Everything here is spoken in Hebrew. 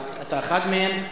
אתה אחד מהם,